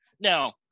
Now